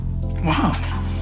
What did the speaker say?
wow